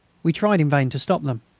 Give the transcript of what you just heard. we tried in vain to stop them.